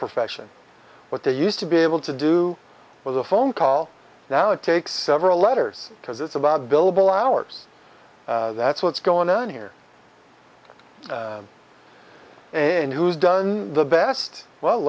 profession what they used to be able to do was a phone call now it takes several letters because it's about billable hours that's what's going on here and who's done the best well